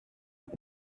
ist